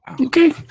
Okay